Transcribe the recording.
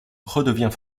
redevient